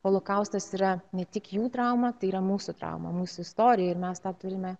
holokaustas yra ne tik jų trauma tai yra mūsų drama mūsų istorija ir mes tą turime